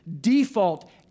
default